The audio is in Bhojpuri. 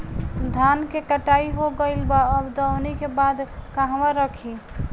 धान के कटाई हो गइल बा अब दवनि के बाद कहवा रखी?